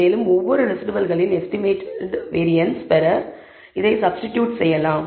மேலும் ஒவ்வொரு ரெஸிடுவல்களின் எஸ்டிமேடட் வேரியன்ஸ் பெற இதை சப்சிடியூட் செய்யலாம்